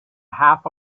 half